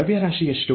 ದ್ರವ್ಯರಾಶಿ ಎಷ್ಟು